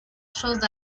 shows